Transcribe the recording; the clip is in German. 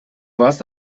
warst